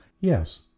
Yes